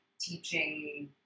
teaching